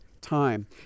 time